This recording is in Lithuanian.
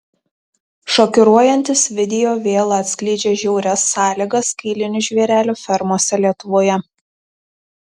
šokiruojantis video vėl atskleidžia žiaurias sąlygas kailinių žvėrelių fermose lietuvoje